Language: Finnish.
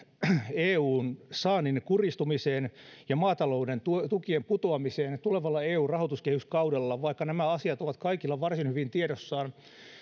eun saannin kuristumiseen ja maatalouden tukien putoamiseen tulevalla eun rahoituskehyskaudella vaikka nämä asiat ovat kaikilla varsin hyvin tiedossa